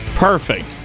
Perfect